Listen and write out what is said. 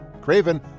Craven